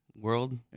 World